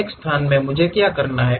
एक स्थान से मुझे क्या करना है